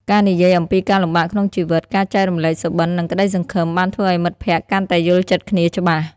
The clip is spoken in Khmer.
ការនិយាយអំពីការលំបាកក្នុងជីវិត ការចែករំលែកសុបិន្តនិងក្តីសង្ឃឹមបានធ្វើឱ្យមិត្តភក្តិកាន់តែយល់ចិត្តគ្នាច្បាស់។